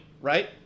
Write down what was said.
right